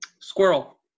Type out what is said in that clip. Squirrel